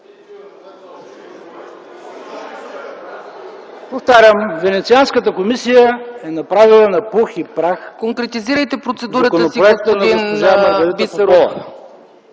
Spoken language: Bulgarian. Повтарям, Венецианската комисия е направила на пух и прах законопроекта на госпожа Маргарита